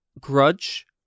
grudge